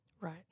Right